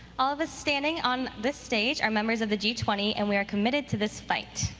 all of us standing on this stage are members of the g twenty and we are committed to this fight.